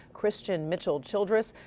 christian mitchell childress.